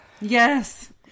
Yes